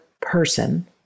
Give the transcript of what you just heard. person